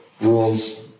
rules